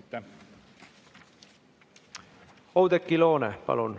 Aitäh! Oudekki Loone, palun!